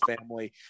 family